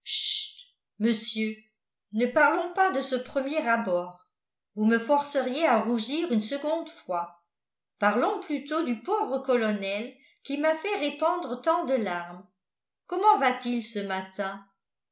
monsieur ne parlons pas de ce premier abord vous me forceriez à rougir une seconde fois parlons plutôt du pauvre colonel qui m'a fait répandre tant de larmes comment va-t-il ce matin